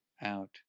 out